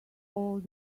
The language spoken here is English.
old